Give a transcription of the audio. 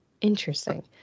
Interesting